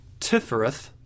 Tifereth